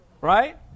Right